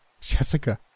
Jessica